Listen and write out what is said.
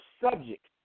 subject